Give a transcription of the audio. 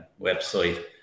website